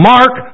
Mark